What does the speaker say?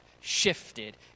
shifted